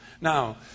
Now